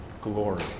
glory